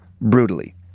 brutally